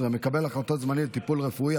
16) (מקבל החלטות זמני לטיפול רפואי),